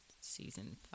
season